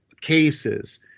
cases